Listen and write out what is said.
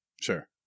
Sure